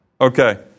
Okay